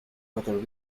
whether